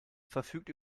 verfügt